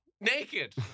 Naked